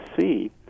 see